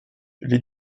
les